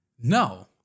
No